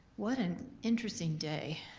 what an interesting day,